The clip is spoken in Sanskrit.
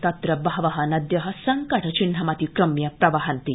तत्र बहव नदय संकटचिन्हमतिक्रम्य प्रवहन्ति